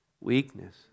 Weakness